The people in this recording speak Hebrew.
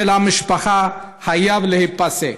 של המשפחה, חייב להיפסק.